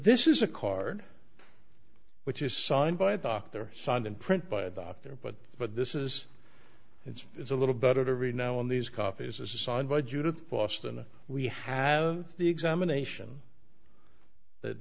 this is a card which is signed by the doctor signed in print by a doctor but but this is it's it's a little better to read now in these copies this is signed by judith boston and we have the examination that